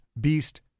Beast